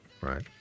right